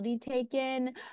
taken